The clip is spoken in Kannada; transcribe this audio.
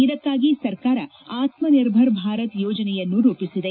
ಇದಕ್ನಾಗಿ ಸರ್ಕಾರ ಆತ್ಸನಿರ್ಭರ ಭಾರತ ಯೋಜನೆಯನ್ನು ರೂಪಿಸಿದೆ